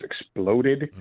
exploded